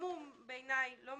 "(5)בתוכנית ניתן